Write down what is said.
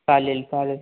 चालेल चालेल